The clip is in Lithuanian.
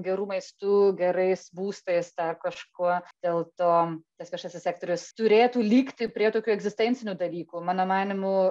geru maistu gerais būstais dar kažkuo dėl to tas viešasis sektorius turėtų likti prie tokių egzistencinių dalykų mano manymu